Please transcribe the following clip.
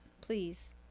Please